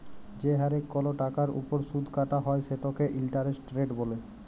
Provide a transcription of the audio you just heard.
যে হারে কল টাকার উপর সুদ কাটা হ্যয় সেটকে ইলটারেস্ট রেট ব্যলে